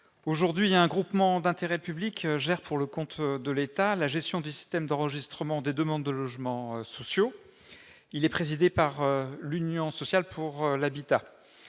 actuelle, un groupement d'intérêt public, ou GIP, assume pour le compte de l'État la gestion des systèmes d'enregistrement des demandes de logements sociaux. Ce GIP est présidé par l'Union sociale pour l'habitat.